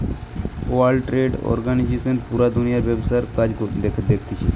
world trade organisation পুরা দুনিয়ার ব্যবসার কাজ দেখতিছে